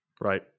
Right